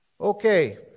Okay